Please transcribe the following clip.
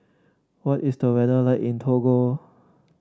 what is the weather like in Togo